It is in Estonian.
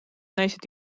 naised